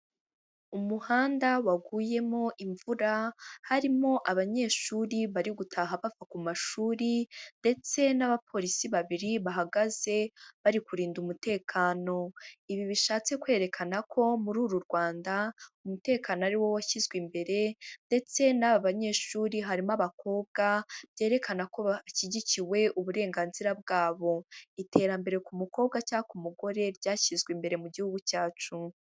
Umuhanda waguyemo imvura harimo abanyeshuri bari gutaha bava ku mashuri ndetse n'abapolisi babiri bahagaze, bari kurinda umutekano, ibi bishatse kwerekana ko muri uru Rwanda umutekano ari wo washyizwe imbere ndetse n'aba banyeshuri harimo abakobwa, byerekana ko hashyigikiwe uburenganzira bwabo iterambere ku mukobwa cyangwa umugore ryashyizwe imbere mu gihugu cyacu.